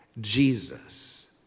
Jesus